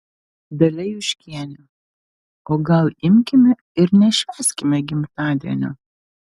dalia juškienė o gal imkime ir nešvęskime gimtadienio